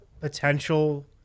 potential